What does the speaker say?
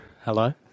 Hello